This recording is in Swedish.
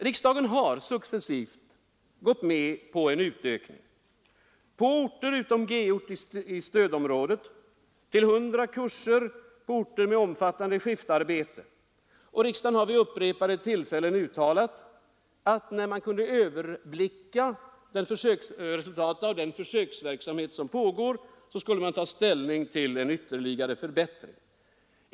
Riksdagen har successivt gått med på en sänkning av deltagarantalet på orter utom g-ort i stödområdet och till 100 kurser på orter med omfattande skiftarbete. Riksdagen har vid upprepade tillfällen uttalat att den skall ta ställning till en ytterligare förbättring, när man kan överblicka resultaten av pågående försöksverksamhet.